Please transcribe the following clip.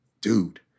Dude